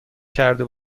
کرده